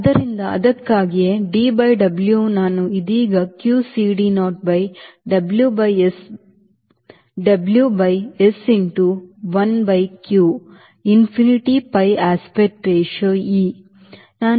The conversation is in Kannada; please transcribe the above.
ಆದ್ದರಿಂದ ಅದಕ್ಕಾಗಿಯೇ D by W ನಾನು ಇದೀಗ q CD naught by W by S W by S into 1 by q infinity pi aspect ratio e